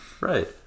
right